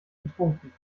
getrunken